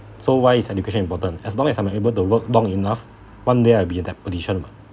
so why is education important as long as I'm able to work long enough one day I'll be in that position [what]